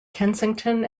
kensington